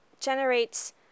generates